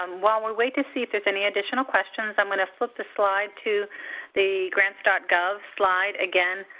um while we wait to see if there's any additional questions, i'm going to flip the slide to the grants gov slide. again,